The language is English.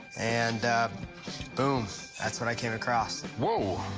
and boom, that's what i came across. whoa.